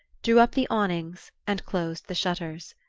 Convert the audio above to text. drew up the awnings, and closed the shutters.